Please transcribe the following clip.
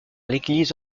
l’église